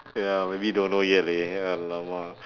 ya really don't know yet leh !alamak!